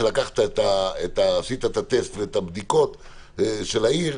שעשית את הטסט ואת הבדיקות של העיר,